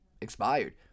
expired